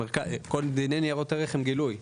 כל דיני ניירות ערך הם גילוי.